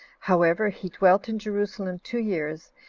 however, he dwelt in jerusalem two years,